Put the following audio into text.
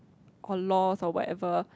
or laws or whatever